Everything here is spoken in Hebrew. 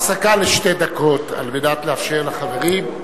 הפסקה לשתי דקות כדי לאפשר לחברים,